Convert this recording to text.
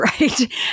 right